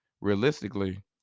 realistically